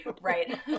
Right